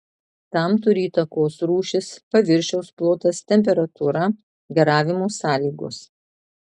tam turi įtakos rūšis paviršiaus plotas temperatūra garavimo sąlygos